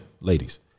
Ladies